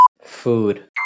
Food